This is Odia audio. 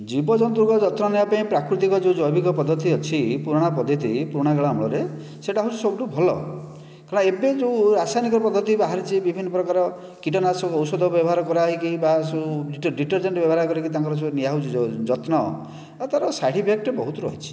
ଜୀବଜନ୍ତୁଙ୍କ ଯତ୍ନ ନେବା ପାଇଁ ପ୍ରାକୃତିକ ଯେଉଁ ଜୈବିକ ପଦ୍ଧତି ଅଛି ପୁରୁଣା ପଦ୍ଧତି ପୁରୁଣା କାଳ ଅମଳରେ ସେଇଟା ହେଉଛି ସବୁଠୁ ଭଲ କାରଣ ଏବେ ଯେଉଁ ରାସାୟନିକ ପଦ୍ଧତି ବାହାରିଛି ବିଭିନ୍ନପ୍ରକାର କୀଟନାଶକ ଔଷଧ ବ୍ୟବହାର କରା ହୋଇକି ବା ସବୁ ଡିଟରଜେଣ୍ଟ ବ୍ୟବହାର କରିକି ତାଙ୍କର ସବୁ ନିଆ ହେଉଛି ଯେଉଁ ଯତ୍ନ ଆଉ ତାହାର ସାଇଡ଼ଇଫେକ୍ଟ ବହୁତ ରହିଛି